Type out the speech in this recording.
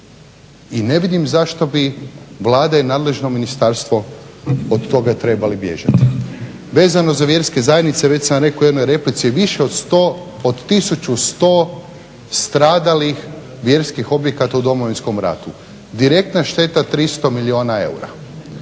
I ne vidim zašto bi Vlada i nadležno ministarstvo od toga trebali bježati. Vezano za vjerske zajednice, već sam rekao u jednoj replici, više od 1100 stradalih vjerskih objekata u Domovinskom ratu. Direktna šteta 300 milijuna eura.